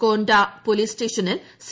കോൻട police സ്റ്റേഷനിൽ C